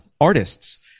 artists